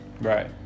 Right